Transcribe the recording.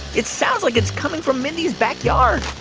it sounds like it's coming from mindy's backyard.